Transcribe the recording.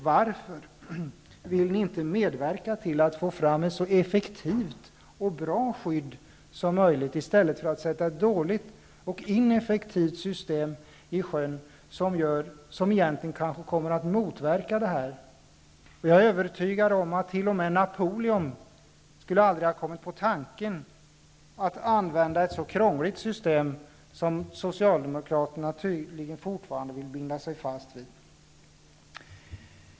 Varför vill ni inte medverka till att få fram ett så effektivt och bra skydd som möjligt, i stället för att sätta ett dåligt och ineffektivt system i sjön som egentligen kommer att motverka sitt syfte. Jag är övertygad om att Napoleon inte ens skulle ha kommit på tanken att använda ett så krångligt system som Socialdemokraterna tydligen fortfarande vill binda sig fast vid.